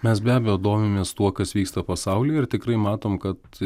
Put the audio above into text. mes be abejo domimės tuo kas vyksta pasaulyje ir tikrai matom kad